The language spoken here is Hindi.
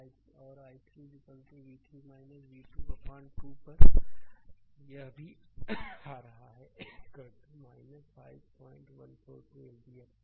और i3 v3 v2 अपान 2 पर यह भी आ रहा है 5142 एम्पीयर